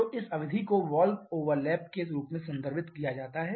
तो इस अवधि को वाल्व ओवरलैप के रूप में संदर्भित किया जाता है जो लगभग 30 से 350 है